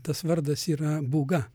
tas vardas yra būga